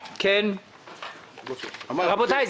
רבותי,